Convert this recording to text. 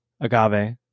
agave